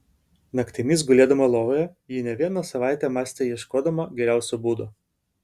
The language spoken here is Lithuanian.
naktimis gulėdama lovoje ji ne vieną savaitę mąstė ieškodama geriausio būdo